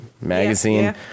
magazine